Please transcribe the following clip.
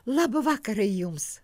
labą vakarą jums